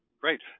great